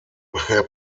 herr